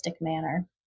manner